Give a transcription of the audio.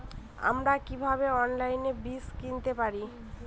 আমরা কীভাবে অনলাইনে বীজ কিনতে পারি?